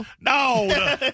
No